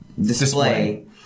Display